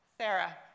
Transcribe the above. Sarah